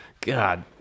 God